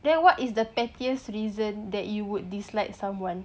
then what is the pettiest reason that you would dislike someone